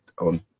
on